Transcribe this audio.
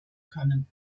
können